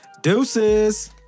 Deuces